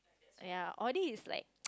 ya Audi is like